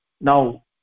Now